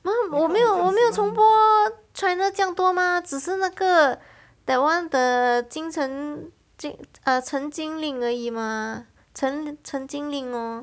no 我没有我没有重播 china 这样多 mah 只是那个 that [one] the 精成精 ah 成精灵而已 mah 成成精灵 orh